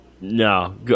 No